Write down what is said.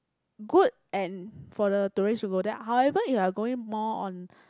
good and for the tourist to go there however you are going more on